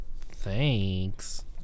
Thanks